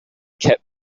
kept